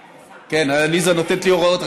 כן, עליזה נותנת לי הוראות.